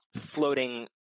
floating